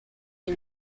iri